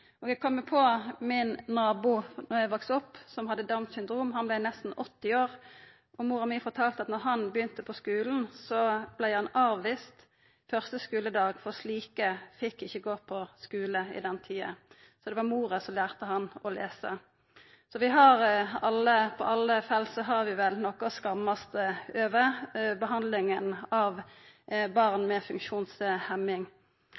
Eg kom på naboen min då eg voks opp, han hadde Downs syndrom og vart nesten 80 år. Mor mi fortalde at då han begynte på skulen, vart han avvist første skuledag, for slike fekk ikkje gå på skule i den tida. Det var mora som lærte han å lesa. Så på alle felt har vi vel noko å skamma oss over når det gjeld behandlinga av